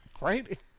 Right